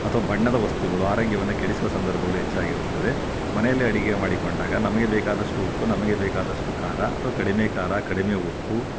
ಅಥ್ವಾ ಬಣ್ಣದ ವಸ್ತುಗಳು ಆರೋಗ್ಯವನ್ನು ಕೆಡಿಸುವ ಸಂದರ್ಭಗಳು ಹೆಚ್ಚಾಗಿರುತ್ತದೆ ಮನೆಯಲ್ಲೇ ಅಡಿಗೆ ಮಾಡಿಕೊಂಡಾಗ ನಮಗೆ ಬೇಕಾದಷ್ಟು ಉಪ್ಪು ನಮಗೆ ಬೇಕಾದಷ್ಟು ಖಾರ ಅಥವಾ ಕಡಿಮೆ ಖಾರ ಕಡಿಮೆ ಉಪ್ಪು